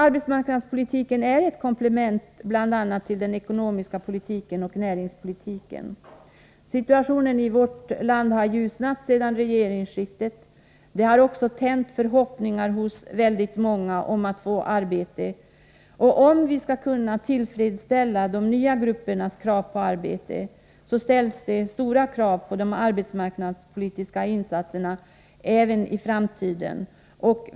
Arbetsmarknadspolitiken är ett komplement bl.a. till den ekonomiska politiken och näringspolitiken. Situationen i vårt land har ljusnat sedan regeringsskiftet, och det har tänts förhoppningar hos väldigt många om att få arbete. Om vi skall kunna tillfredsställa de nya gruppernas krav på arbete, måste det ställas stora krav på arbetsmarknadspolitiska insatser även i framtiden.